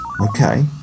okay